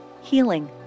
healing